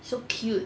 so cute